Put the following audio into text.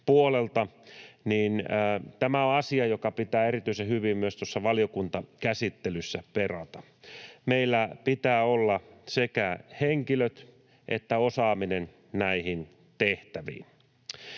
puolelta. Tämä on asia, joka pitää erityisen hyvin myös tuossa valiokuntakäsittelyssä perata. Meillä pitää olla sekä henkilöt että osaaminen näihin tehtäviin.